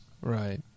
Right